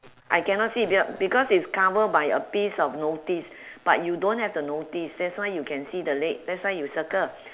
I cannot see b~ ya because it's cover by a piece of notice but you don't have the notice that's why you can see the leg that's why you circle